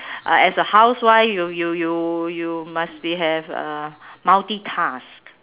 uh as a housewife you you you you must be have uh multitask